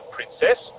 Princess